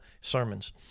sermons